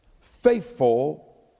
faithful